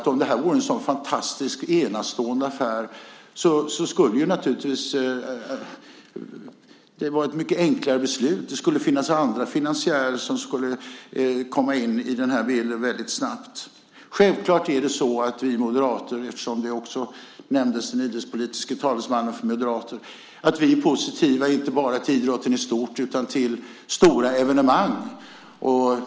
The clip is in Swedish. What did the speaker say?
Om det här vore en sådan fantastisk och enastående affär skulle det naturligtvis vara ett mycket enklare beslut. Det skulle finnas andra finansiärer som väldigt snabbt skulle komma in i bilden. Självklart är det så att vi moderater - eftersom den idrottspolitiska talesmannen för Moderaterna också nämndes - är positiva inte bara till idrotten i stort utan till stora evenemang.